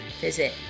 visit